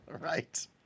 Right